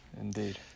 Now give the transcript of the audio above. indeed